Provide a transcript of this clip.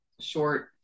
short